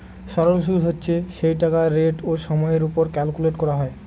সরল সুদ হচ্ছে সেই টাকার রেট ও সময়ের ওপর ক্যালকুলেট করা হয়